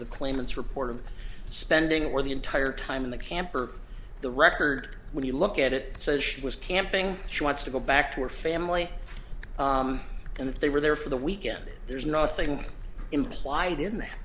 the claimants report of spending or the entire time in the camp or the record when you look at it says she was camping she wants to go back to her family and if they were there for the weekend there's nothing implied in that